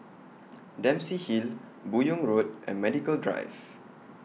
Dempsey Hill Buyong Road and Medical Drive